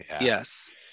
Yes